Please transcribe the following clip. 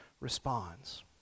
responds